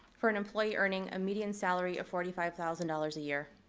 for an employee earning a median salary of forty five thousand dollars a year.